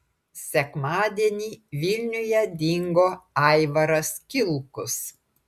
sekmadienį vilniuje dingo aivaras kilkus